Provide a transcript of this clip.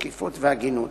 שקיפות והגינות.